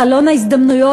חלון ההזדמנויות,